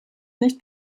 nicht